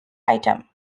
item